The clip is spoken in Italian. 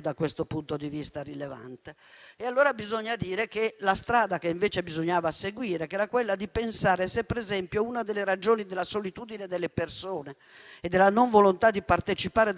da questo punto di vista), allora bisogna dire che la strada che invece bisognava seguire era quella di pensare se, per esempio, una delle ragioni della solitudine delle persone e della non volontà di partecipare,